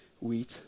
wheat